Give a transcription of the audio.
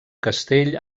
castell